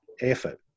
effort